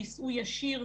שייסעו ישיר,